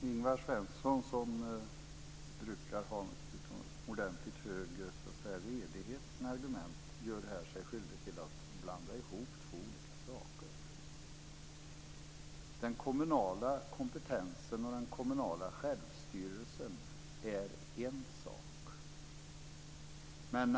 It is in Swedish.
Fru talman! Ingvar Svensson brukar vara mycket redig i sina argument, men han gör sig här skyldig till att blanda ihop två olika saker. Den kommunala kompetensen och den kommunala självstyrelsen är en sak.